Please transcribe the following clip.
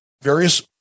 various